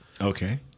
okay